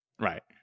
Right